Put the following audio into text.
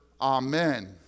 Amen